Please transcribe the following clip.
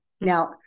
Now